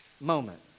moment